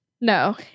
No